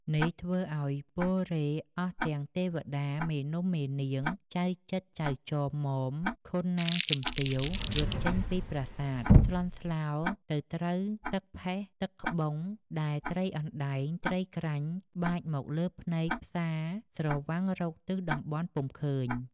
នេះធ្វើឱ្យពលរេហ៍អស់ ទាំងទេវតា មេនំ មេនាង ចៅជិត ចៅចម ម៉ម ខុនណាងជំទាវ រត់ចេញពីប្រាសាទ ស្លន់ស្លោទៅត្រូវទឹកផេះ ទឹកក្បុងដែលត្រីអណ្តែងត្រីក្រាញ់បាចមកលើភ្នែកផ្សាស្រវាំងរកទិសតំបន់ពុំឃើញ។